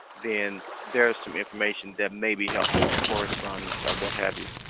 then there is some information that may be helpful, correspondence or what have you.